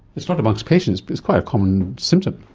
it's not amongst patients, but it's quite a common symptom.